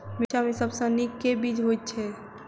मिर्चा मे सबसँ नीक केँ बीज होइत छै?